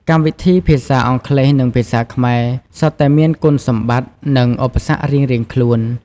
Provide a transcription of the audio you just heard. កម្មវិធីភាសាអង់គ្លេស និងភាសាខ្មែរ សុទ្ធតែមានគុណសម្បត្តិ និងឧបសគ្គរៀងៗខ្លួន។